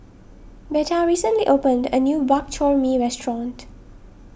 Veta recently opened a new Bak Chor Mee restaurant